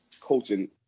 coaching